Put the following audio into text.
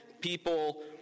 people